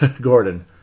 Gordon